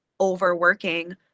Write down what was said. overworking